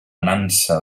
nansa